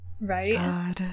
Right